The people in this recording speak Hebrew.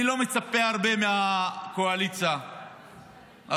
אני לא מצפה להרבה מהקואליציה הזאת.